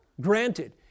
Granted